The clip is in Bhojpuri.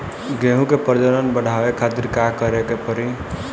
गेहूं के प्रजनन बढ़ावे खातिर का करे के पड़ी?